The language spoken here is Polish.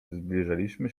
zbliżaliśmy